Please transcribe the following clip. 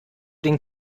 den